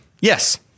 Yes